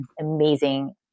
amazing